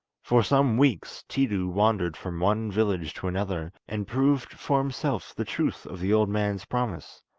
for some weeks tiidu wandered from one village to another, and proved for himself the truth of the old man's promise.